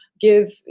give